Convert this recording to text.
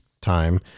time